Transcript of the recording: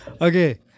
Okay